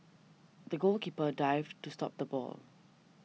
the goalkeeper dived to stop the ball